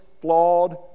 flawed